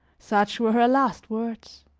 such were her last words.